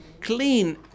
clean